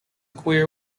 queer